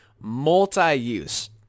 multi-use